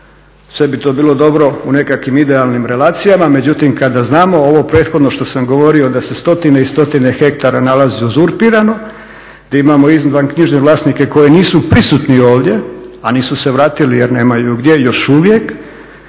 Sve bi to bilo dobro u nekakvim idealnim relacijama, međutim kada znamo ovo prethodno što sam govorio da se stotine i stotine hektara nalazi uzurpirano, gdje imamo knjižne vlasnike koji nisu prisutni ovdje, a nisu se vratili jer nemaju gdje još uvijek